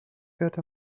got